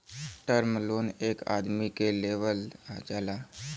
term loan एक आदमी के देवल जाला